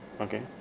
Okay